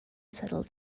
settled